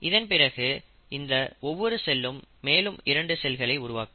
இதன் பிறகு இந்த ஒவ்வொரு செல்லும் மேலும் 2 செல்களை உருவாக்கும்